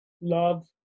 Love